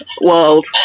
world